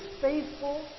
faithful